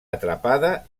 atrapada